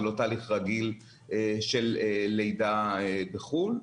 זה לא תהליך רגיל של לידה בחו"ל,